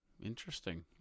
interesting